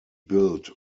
built